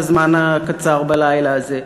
בזמן הקצר בלילה הזה.